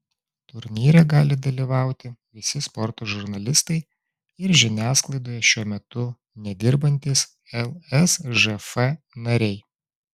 turnyre gali dalyvauti visi sporto žurnalistai ir žiniasklaidoje šiuo metu nedirbantys lsžf nariai